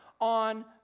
on